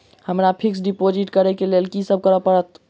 हमरा fix deposit करऽ केँ लेल की सब करऽ पड़त?